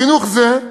חינוך זה,